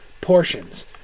portions